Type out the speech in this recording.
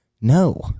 No